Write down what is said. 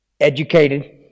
educated